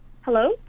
Hello